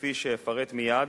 כפי שאפרט מייד,